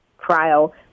trial